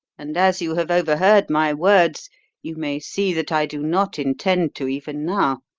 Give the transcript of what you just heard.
and as you have overheard my words you may see that i do not intend to even now.